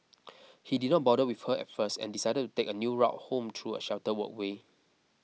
he did not bother with her at first and decided to take a new route home through a sheltered walkway